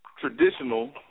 traditional